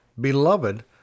Beloved